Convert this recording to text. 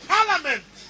Parliament